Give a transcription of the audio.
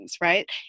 right